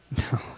No